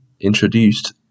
introduced